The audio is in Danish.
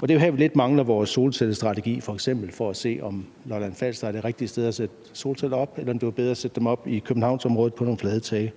Det er jo her, vi lidt mangler f.eks. vores solcellestrategi for at kunne se, om Lolland-Falster er det rigtige sted at sætte solcelleanlæg op, eller om det var bedre at sætte dem op i Københavnsområdet på nogle flade tage.